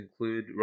include